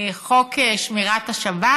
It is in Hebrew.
חוק שמירת השבת.